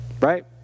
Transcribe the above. Right